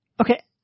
Okay